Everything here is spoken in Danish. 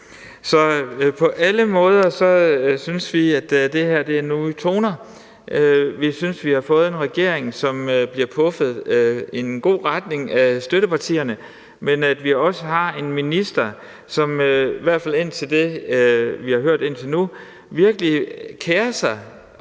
Så på alle måder synes vi, at det her er nye toner. Vi synes, at vi har fået en regering, som bliver puffet i en god retning af støttepartierne, men også at vi har en minister, som i hvert fald ifølge det, vi har hørt indtil nu, virkelig kerer sig